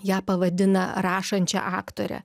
ją pavadina rašančia aktore